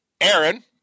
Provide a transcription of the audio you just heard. Aaron